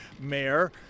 mayor